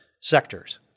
sectors